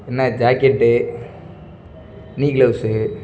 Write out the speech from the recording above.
என்ன ஜாக்கெட்டு நி க்ளவுஸு